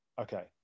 Okay